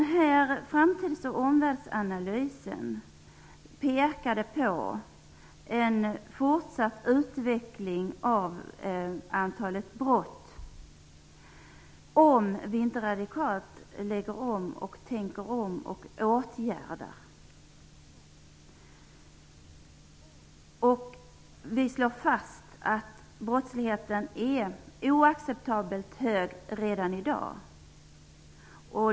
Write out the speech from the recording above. Denna framtidsoch omvärldsanalys pekar på en fortsatt utveckling av antalet brott, om man inte radikalt lägger om politiken, tänker om och åtgärdar. Vi slår fast att brottsligheten är oacceptabelt hög redan i dag.